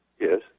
Yes